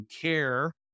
care